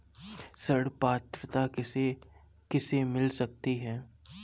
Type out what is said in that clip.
ऋण पात्रता किसे किसे मिल सकती है?